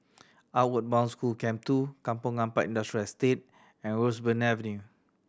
Outward Bound School Camp Two Kampong Ampat Industrial Estate and Roseburn Avenue